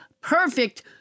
perfect